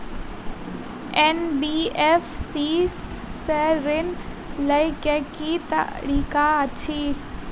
NBFC सँ ऋण लय केँ की तरीका अछि?